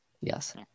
Yes